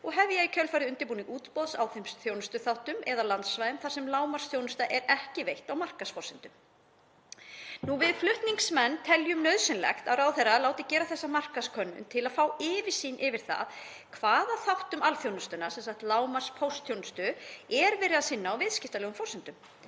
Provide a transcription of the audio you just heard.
og hefja í kjölfarið undirbúning útboðs á þeim þjónustuþáttum eða landsvæðum þar sem lágmarksþjónusta er ekki veitt á markaðsforsendum.“ Við flutningsmenn teljum nauðsynlegt að ráðherra láti gera þessa markaðskönnunum til að fá yfirsýn yfir það hvaða þáttum alþjónustunnar, sem sagt lágmarkspóstþjónustu, er verið að sinna á viðskiptalegum forsendum.